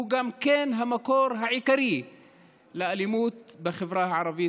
הוא גם המקור העיקרי לאלימות בחברה הערבית,